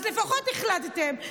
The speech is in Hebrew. אז לפחות החלטתם,